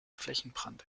flächenbrand